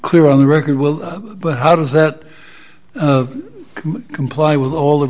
clear on the record will but how does that comply with all the